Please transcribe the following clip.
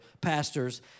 pastors